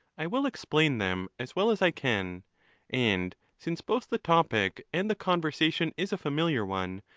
i will explain them as well as i can and since both the topic and the conversation is a familiar one,